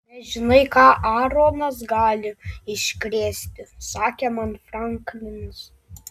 nežinai ką aaronas gali iškrėsti sakė man franklinas